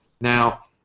Now